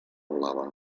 blava